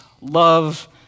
love